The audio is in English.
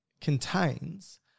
contains